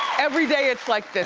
everyday it's like this.